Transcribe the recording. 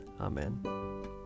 Amen